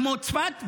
כמו צפת,